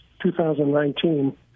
2019